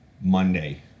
Monday